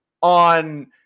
on